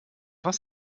was